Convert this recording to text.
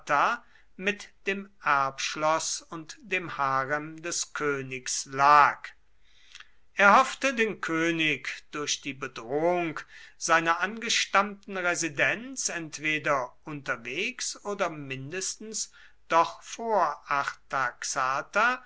mit dem erbschloß und dem harem des königs lag er hoffte den könig durch die bedrohung seiner angestammten residenz entweder unterwegs oder mindestens doch vor